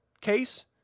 case